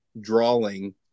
drawing